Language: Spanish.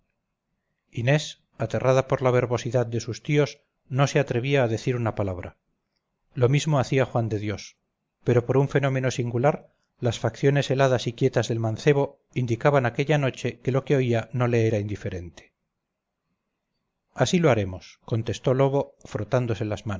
inés aterrada por la verbosidad de sus tíos no se atrevía a decir una palabra lo mismo hacía juan de dios pero por un fenómeno singular las facciones heladas y quietas del mancebo indicaban aquella noche que lo que oía no le era indiferente así lo haremos contestó lobo frotándose las